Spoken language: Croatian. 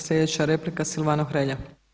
Sljedeća replika Silvano Hrelja.